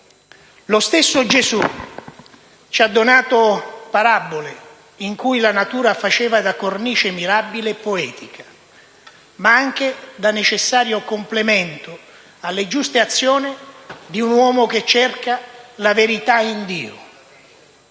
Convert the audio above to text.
Lo stesso Gesù ci ha donato parabole in cui la natura faceva da cornice mirabile e poetica, ma anche da necessario complemento alle giuste azioni di un uomo che cerca la verità in Dio.